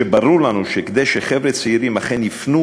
וברור לנו שכדי שחבר'ה צעירים אכן יפנו